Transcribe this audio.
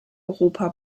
europa